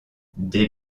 des